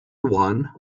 one